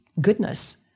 goodness